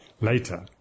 later